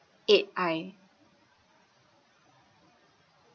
eight I